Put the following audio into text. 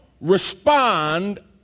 respond